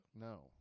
No